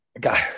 Got